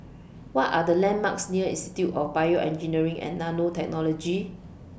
What Are The landmarks near Institute of Bioengineering and Nanotechnology